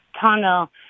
tunnel